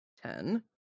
ten